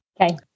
Okay